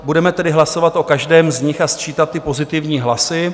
Budeme tedy hlasovat o každém z nich a sčítat pozitivní hlasy.